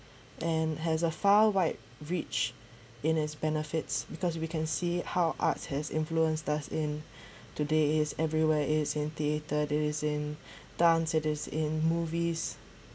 and has a far wide reach in its benefits because we can see how arts has influence us in today is everywhere is in theater there is in dance there is in movies